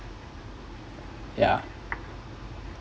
yeah